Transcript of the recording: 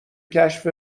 کشف